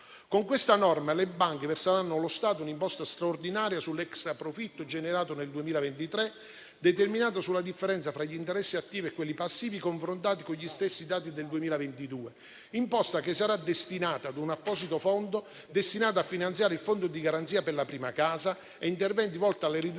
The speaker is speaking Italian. Con questa norma le banche verseranno allo Stato un'imposta straordinaria sull'extraprofitto generato nel 2023, determinato sulla differenza fra gli interessi attivi e quelli passivi confrontati con gli stessi dati del 2022. Tale imposta sarà destinata a un apposito fondo volto a finanziare il fondo di garanzia mutui prima casa e interventi finalizzati alla riduzione